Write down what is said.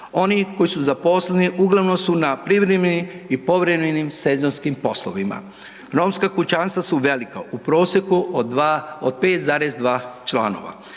Oni koji su zaposleni uglavnom su na privremenim i povremenim sezonskim poslovima. Romska kućanstva su velika, u prosjeku od 5,2 člana.